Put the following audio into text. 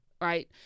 right